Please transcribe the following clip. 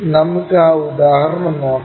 നമുക്ക് ആ ഉദാഹരണം നോക്കാം